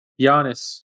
Giannis